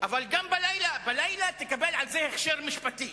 אבל בלילה תקבל על זה הכשר משפטי.